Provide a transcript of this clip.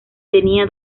tenía